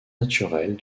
naturelle